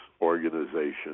organization